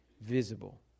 visible